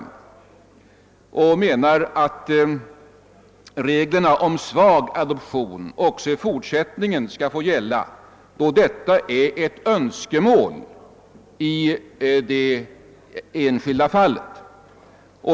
Vi motionärer anser att reglerna om svag adoption också i fortsättningen skall få gälla om detta är ett önskemål i det enskilda fallet.